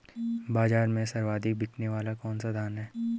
बाज़ार में सर्वाधिक बिकने वाला कौनसा धान है?